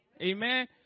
Amen